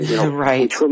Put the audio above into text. Right